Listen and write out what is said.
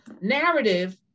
Narrative